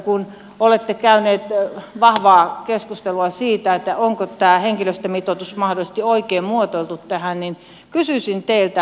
kun olette käyneet vahvaa keskustelua siitä onko tämä henkilöstömitoitus mahdollisesti oikein muotoiltu tähän kysyisin teiltä